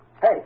Hey